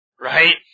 right